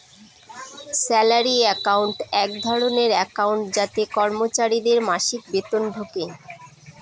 salary account এক ধরনের account যাতে কর্মচারীদের মাসিক বেতন ঢোকে